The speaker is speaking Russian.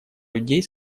людей